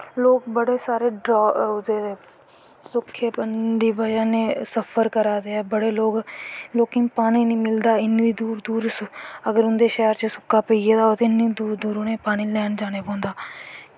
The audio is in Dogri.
लोग बड़े सारे ओह्दे सुक्के पन दी बज़ह् नै सफर करा दे ऐं लोकें गी पानी नी मिलदा इन्नें दूर दूर उंदे शैह्र च सुक्का पेई गेदा ते इन्नें दूर दूर उ'नेंगी पानीं लैन जानां पौंदा